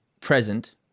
present